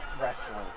wrestling